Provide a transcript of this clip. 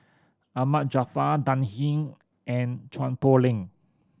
Ahmad Jaafar Dan Ying and Chua Poh Leng